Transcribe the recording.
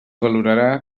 valorarà